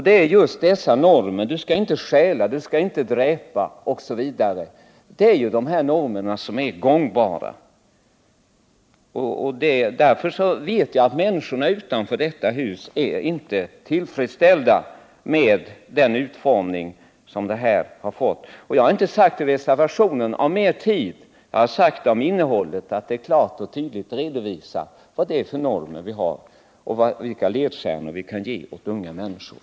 De är just de normer — du skall icke stjäla, du skall icke dräpa osv. — som är gångbara. Därför vet jag att människorna utanför detta hus inte är tillfredsställda med den utformning som utskottets förslag har fått. Jag har inte sagt i reservationen att det behövs mer tid, utan jag har talat om innehållet — att det klart och tydligt skall redovisas vilka normer vi har och vilka ledstjärnor vi kan ge unga människor.